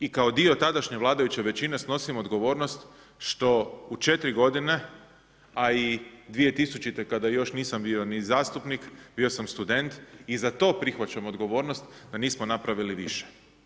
Prihvaćam i kao dio tadašnje vladajuće većine snosim odgovornost što u 4 godine a i 2000. kada još nisam bio ni zastupnik, bio sam student, i za to prihvaćam odgovornost da nismo napravili više.